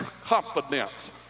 confidence